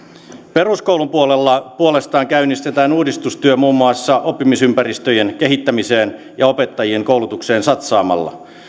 peruskoulun puolella puolestaan käynnistetään uudistustyö muun muassa oppimisympäristöjen kehittämiseen ja opettajien koulutukseen satsaamalla